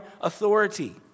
authority